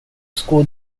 school